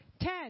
Ten